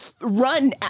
run